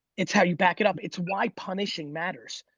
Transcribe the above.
it's how you back it up. it's why punishing matters.